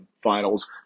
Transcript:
finals